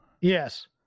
Yes